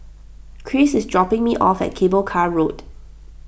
Kris is dropping me off at Cable Car Road